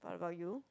what about you